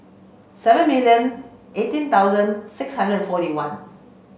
seven million eighteen thousand six hundred forty one